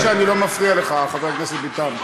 אני מקווה שאני לא מפריע לך, חבר הכנסת ביטן.